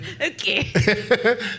Okay